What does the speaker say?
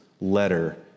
letter